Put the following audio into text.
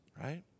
right